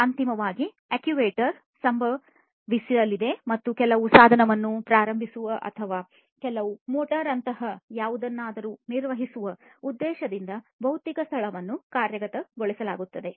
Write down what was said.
ಅಂತಿಮವಾಗಿ ಆಕ್ಟಿವೇಷನ್ ಸಂಭವಿಸಲಿದೆ ಮತ್ತು ಕೆಲವು ಸಾಧನವನ್ನು ಪ್ರಾರಂಭಿಸುವ ಅಥವಾ ಕೆಲವು ಮೋಟಾರ್ ಅಂತಹ ಯಾವುದನ್ನಾದರೂ ನಿರ್ವಹಿಸುವ ಉದ್ದೇಶದಿಂದ ಭೌತಿಕ ಸ್ಥಳವನ್ನು ಕಾರ್ಯಗತಗೊಳಿಸಲಾಗುತ್ತದೆ